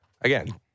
Again